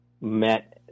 met